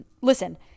listen